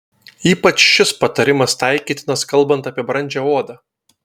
ypač šis patarimas taikytinas kalbant apie brandžią odą